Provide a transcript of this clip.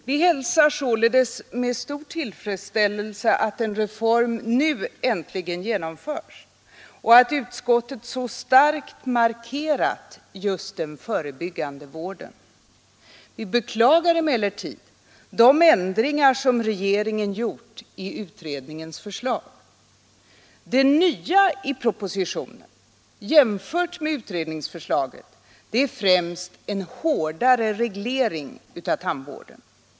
Vi hälsar med stor tillfredsställelse att en reform nu äntligen genomförs och att utskottet så starkt markerat just den förebyggande vården. Vi beklagar emellertid de ändringar som regeringen gjort i utredningens förslag. Det nya i propositionen jämfört med utredningsförslaget är främst en hårdare reglering av tandvården.